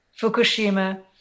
Fukushima